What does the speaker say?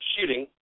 shooting